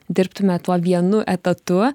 dirbtume tuo vienu etatu